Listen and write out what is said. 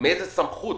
באיזו סמכות